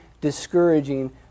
discouraging